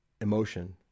emotion